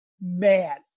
mad